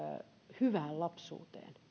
hyvään lapsuuteen